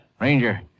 Ranger